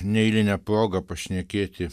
neeilinę progą pašnekėti